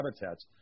habitats